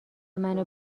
منو